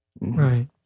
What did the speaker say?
Right